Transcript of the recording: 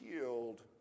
healed